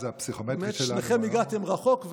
הפסיכומטרי שלנו, באמת שניכם הגעתם רחוק.